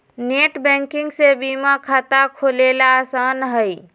net banking से बीमा खाता खोलेला आसान हई